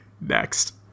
Next